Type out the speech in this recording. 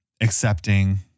accepting